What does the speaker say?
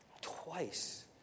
Twice